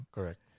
Correct